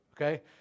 okay